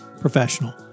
professional